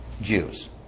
Jews